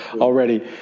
already